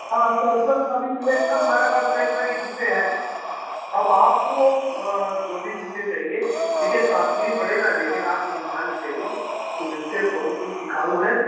हाँ कैम्पस का कभी मिलेगा हमारे पास कई तरह के जूते हैं अब आपको जो भी जूते चाहिए देखिए कॉस्टली पड़ेगा लेकिन आप ये मान के चलिए कि जूते बहुत ही टिकाऊ हैं